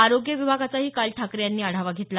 आरोग्य विभागाचाही काल ठाकरे यांनी आढावा घेतला